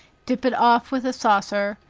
dip it off with a saucer,